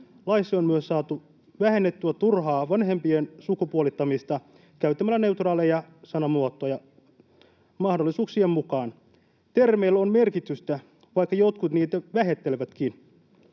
Laissa on myös saatu vähennettyä turhaa vanhempien sukupuolittamista käyttämällä neutraaleja sanamuotoja mahdollisuuksien mukaan. Termeillä on merkitystä, vaikka jotkut niitä vähättelevätkin.